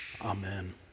Amen